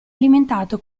alimentato